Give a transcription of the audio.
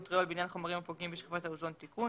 מונטריאול בעניין חומרים הפוגעים בשכבת האוזון) (תיקון),